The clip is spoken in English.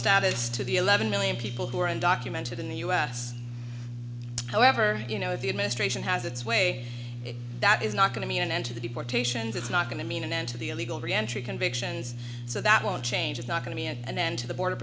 status to the eleven million people who are undocumented in the u s however you know if the administration has its way that is not going to mean an end to the deportations it's not going to mean an end to the illegal reentry convictions so that won't change is not going to be and then to the border